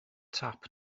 tap